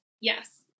yes